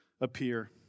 appear